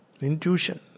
Intuition